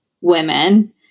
women